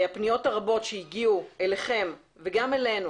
הפניות הרבות שהגיעו אליכם וגם אלינו